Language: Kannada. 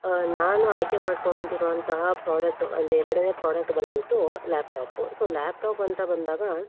ನಾನು ಆಯ್ಕೆ ಮಾಡಿಕೊಂಡಿರುವಂತಹ ಪ್ರೋಡಕ್ಟು ಅಂದರೆ ಎರಡನೇ ಪ್ರೋಡಕ್ಟ್ ಬಂದ್ಬಿಟ್ಟು ಲ್ಯಾಪ್ಟಾಪು ಸೊ ಲ್ಯಾಪ್ಟಾಪ್ ಅಂತ ಬಂದಾಗ